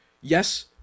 yes